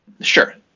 Sure